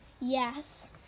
Yes